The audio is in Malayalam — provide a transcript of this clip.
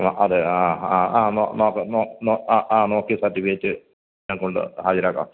ആ അതെ ആ ആ ആ ആ ആ നോക്കി സർട്ടിഫിക്കറ്റ് ഞാൻ കൊണ്ട് ഹാജരാക്കാം സാറേ